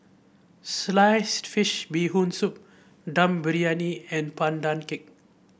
Sliced Fish Bee Hoon Soup Dum Briyani and Pandan Cake